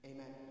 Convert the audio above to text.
Amen